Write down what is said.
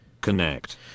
connect